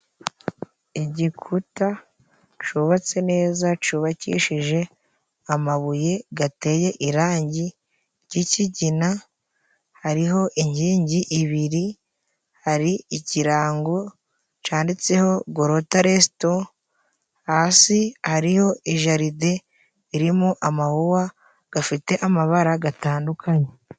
Igikuta cubatse neza, cubakishije amabuye gateye irangi ry'ikigina. Hariho inkingi ibiri, hari ikirango canditseho Golota resito. Hasi hariho ijaride ririmo amahuhwa gafite amabara gatandukanye.